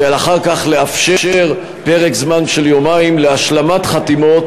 ואחר כך לאפשר פרק זמן של יומיים להשלמת חתימות